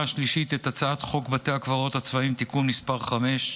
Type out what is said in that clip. השלישית את הצעת חוק בתי קברות צבאיים (תיקון מס' 5),